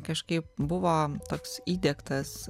kažkaip buvo toks įdiegtas